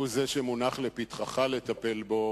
והוא זה שמונח לפתחך לטפל בו,